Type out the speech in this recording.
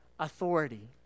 Authority